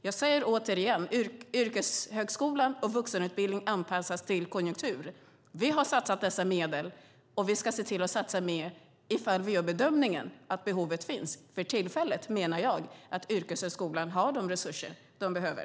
Jag säger återigen att yrkeshögskolan och vuxenutbildningen anpassas till konjunkturen. Vi har satsat dessa medel, och vi ska satsa mer om vi gör bedömningen att behovet finns. För tillfället menar jag att yrkeshögskolan har de resurser som de behöver.